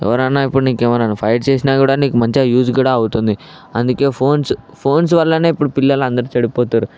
ఎవరైనా ఇప్పుడు నీకేమైనా ఫైట్ చేసినా కూడా నీకు మంచిగా యూస్ కూడా అవుతుంది అందుకే ఫోన్స్ ఫోన్స్ వల్లనే ఇప్పుడు పిల్లలందరూ చెడిపోతున్నారు